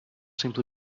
simply